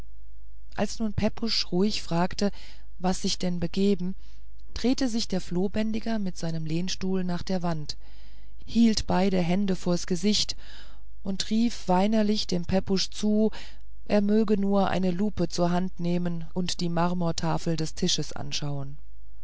als nun pepusch ruhig fragte was sich denn begeben drehte sich der flohbändiger mit seinem lehnstuhl nach der wand hielt beide hände vors gesicht und rief weinerlich dem pepusch zu er möge nur eine lupe zur hand nehmen und die marmortafel des tisches anschauen